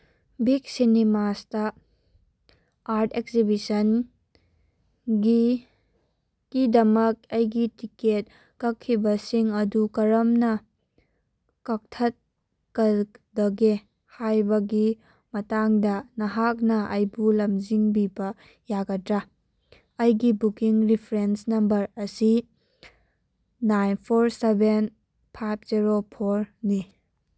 big ꯁꯤꯅꯤꯃꯥꯁꯇ art ꯑꯦꯛꯖꯤꯕꯤꯁꯟꯒꯤ ꯀꯤꯗꯃꯛ ꯑꯩꯒꯤ ꯇꯤꯛꯀꯦꯠ ꯀꯛꯈꯤꯕꯁꯤꯡ ꯑꯗꯨ ꯀꯔꯝꯅ ꯀꯛꯊꯠꯀꯗꯒꯦ ꯍꯥꯏꯕꯒꯤ ꯃꯇꯥꯡꯗ ꯅꯍꯥꯛꯅ ꯑꯩꯕꯨ ꯂꯝꯖꯤꯡꯕꯤꯕ ꯌꯥꯒꯗ꯭ꯔꯥ ꯑꯩꯒꯤ ꯕꯨꯀꯤꯡ ꯔꯤꯐ꯭ꯔꯦꯟꯁ ꯅꯝꯕꯔ ꯑꯁꯤ nine four seven five zero ꯐꯣꯔꯅꯤ